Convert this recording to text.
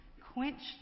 quenched